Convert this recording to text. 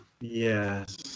Yes